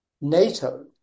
NATO